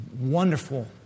Wonderful